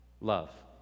love